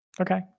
okay